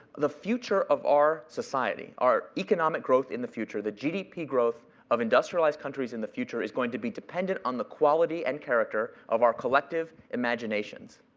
the future of our society, our economic growth in the future, the gdp growth of industrialized countries in the future is going to be dependent on the quality and character of our collective imaginations,